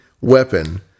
weapon